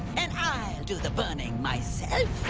and i'll do the burning myself.